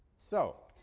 so,